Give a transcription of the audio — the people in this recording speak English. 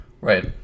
Right